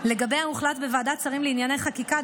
ולגביה הוחלט בוועדת שרים לענייני חקיקה